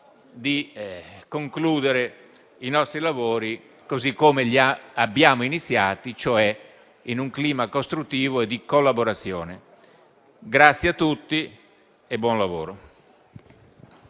di concludere i nostri lavori così come li abbiamo iniziati, cioè in un clima costruttivo e di collaborazione. Ringrazio tutti e auguro buon lavoro.